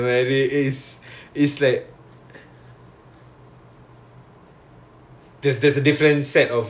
oh oh okay it's not just like indoor doesn't mean like in shelter right there's different there's another meaning to it